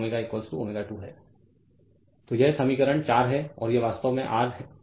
Refer Slide Time 3135 तो यह समीकरण 4 है और यह वास्तव में R है